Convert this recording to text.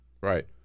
Right